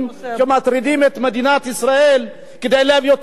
מדינת ישראל כדי להביא אותם לידי הכרעה.